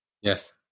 Yes